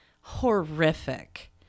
Horrific